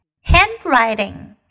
Handwriting